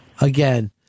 Again